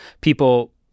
people